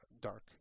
dark